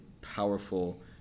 powerful